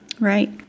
Right